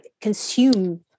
consume